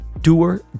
Doer